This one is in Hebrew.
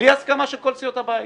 בלי הסכמה של כל סיעות הבית.